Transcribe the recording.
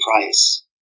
Price